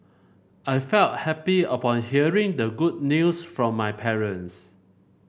I felt happy upon hearing the good news from my parents